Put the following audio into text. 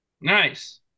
Nice